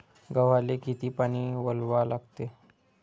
गव्हाले किती पानी वलवा लागते?